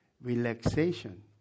relaxation